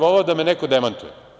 Voleo bih da me neko demantuje.